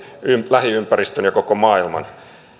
lähiympäristön ja koko maailman